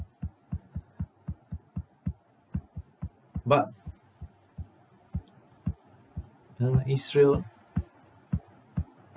but uh israel